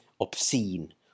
obscene